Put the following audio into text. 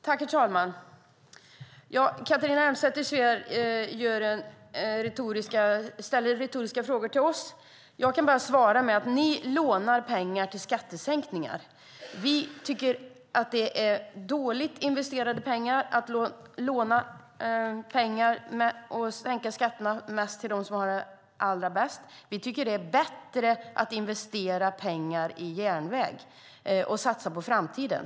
Herr talman! Catharina Elmsäter-Svärd ställer retoriska frågor till oss. Jag kan bara svara med att ni lånar pengar till skattesänkningar. Vi tycker att det är dåligt investerade pengar att låna pengar och sänka skatterna mest till dem som har det allra bäst. Vi tycker att det är bättre att investera pengar i järnväg och satsa på framtiden.